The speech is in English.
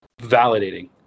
validating